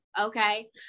Okay